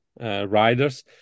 riders